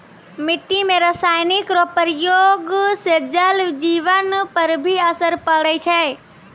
मिट्टी मे रासायनिक रो प्रयोग से जल जिवन पर भी असर पड़ै छै